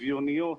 שוויוניות,